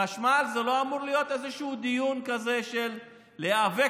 חשמל לא אמור להיות איזשהו דיון כזה של להיאבק